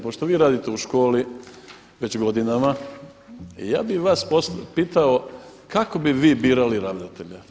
Pošto vi radite u školi već godinama ja bi vas pitao kako bi vi birali ravnatelja?